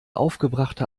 aufgebrachte